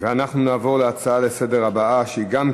ואנחנו נעבור להצעה לסדר-היום הבאה,